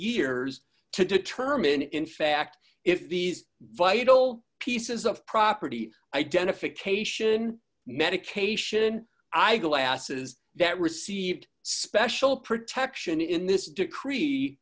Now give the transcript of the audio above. years to determine in fact if these vital pieces of property identification medication eyeglasses that received special protection in this decree